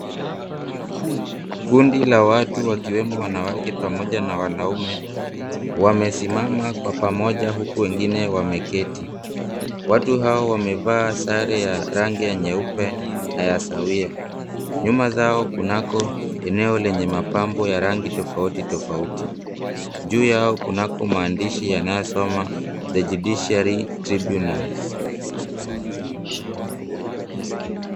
Kundi la watu, wakiwemo wanawake pamoja na wanaume, wamesimama kwa pamoja huku wengine wameketi. Watu hao wamevaa sare ya rangi ya nyeupe na ya sawia. Nyuma zao kunako eneo lenye mapambo ya rangi tofauti tofauti juu yao kunako maandishi yanayosoma, The Judiciary Tribunals.